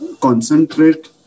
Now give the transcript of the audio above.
concentrate